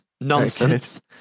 nonsense